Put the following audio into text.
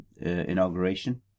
inauguration